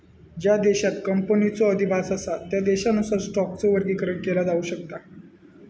ज्या देशांत कंपनीचो अधिवास असा त्या देशानुसार स्टॉकचो वर्गीकरण केला जाऊ शकता